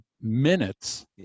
minutes